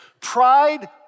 Pride